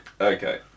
okay